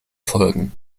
folgen